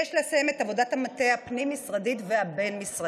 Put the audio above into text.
יש לסיים את עבודת המטה הפנים-משרדית והבין-משרדית,